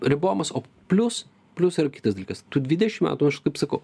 ribojamas o plius plius yra kitas dalykas tu dvidešim metų aš kaip sakau